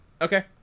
Okay